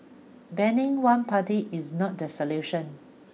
banning one party is not the solution